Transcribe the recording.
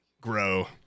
Grow